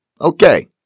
Okay